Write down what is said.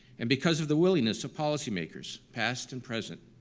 and because of the willingness of policymakers, past and present,